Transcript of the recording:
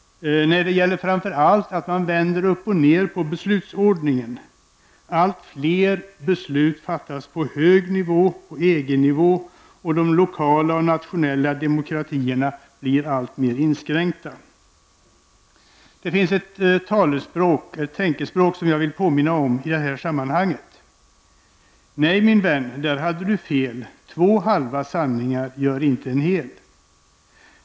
Nej, det gäller framför allt att man vänder upp och ner på beslutsordningen. Allt fler beslut fattas på hög EG-nivå, och den lokala och nationella demokratierna blir allt mer inskränkta. Det finns ett tänkespråk som jag vill påminna om i det här sammanhanget: Nej, min vän, där hade du fel, två halva sanningar gör inte en hel!